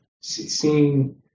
seeing